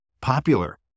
popular